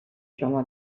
شما